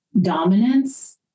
dominance